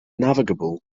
navigable